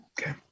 Okay